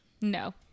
no